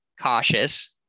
cautious